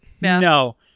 No